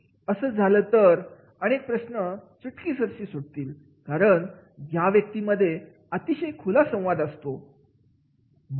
असं जर झालं तर अनेक प्रश्न चुटकीसरशी सुटतील कारण या व्यक्तींमध्ये अतिशय खुला संवाद असेल